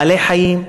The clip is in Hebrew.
מלא חיים,